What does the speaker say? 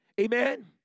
Amen